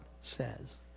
says